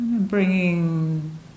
Bringing